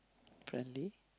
friendly